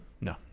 No